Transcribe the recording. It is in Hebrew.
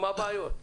מה הבעיות?